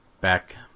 back